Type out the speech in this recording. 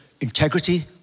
integrity